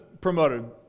promoted